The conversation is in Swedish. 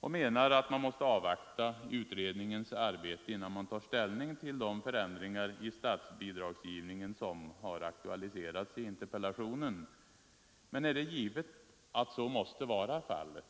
och menar att man måste avvakta utredningens arbete innan man tar ställning till de förändringar i statsbidragsgivningen som har aktualiserats i interpellationen. Men är det givet att så måste vara fallet?